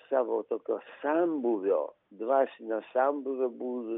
savo tokio sambūvio dvasinio senbuvio būdus